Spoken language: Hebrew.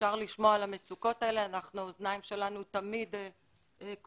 אפשר לשמוע על המצוקות האלה - האוזניים שלנו תמיד כרויות,